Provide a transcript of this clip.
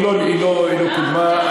היא לא קודמה.